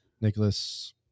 Nicholas